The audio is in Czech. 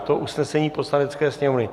Je to usnesení Poslanecké sněmovny.